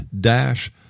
dash